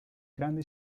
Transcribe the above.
grande